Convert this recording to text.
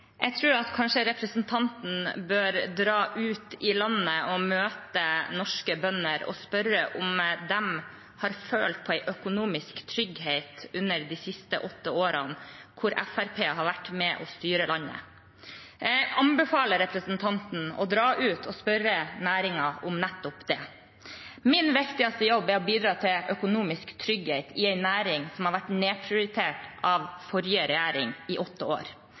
Jeg tror kanskje at representanten bør dra ut i landet, møte norske bønder og spørre om de har følt på en økonomisk trygghet de siste åtte årene, da Fremskrittspartiet var med på å styre landet. Jeg vil anbefale representanten å dra ut og spørre næringen om nettopp det. Min viktigste jobb er å bidra til økonomisk trygghet i en næring som har vært nedprioritert av forrige regjering i åtte år.